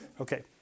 Okay